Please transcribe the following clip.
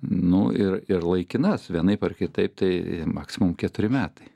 nu ir ir laikinas vienaip ar kitaip tai maksimum keturi metai